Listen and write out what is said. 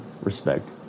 respect